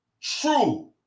True